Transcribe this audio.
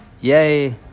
Yay